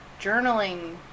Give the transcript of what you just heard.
Journaling